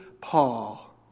Paul